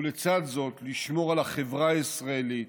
ולצד זאת לשמור על החברה הישראלית